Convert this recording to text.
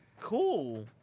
Cool